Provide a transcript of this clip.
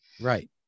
Right